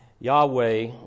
Yahweh